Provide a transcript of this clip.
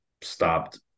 stopped